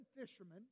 fishermen